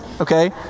Okay